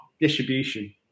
distribution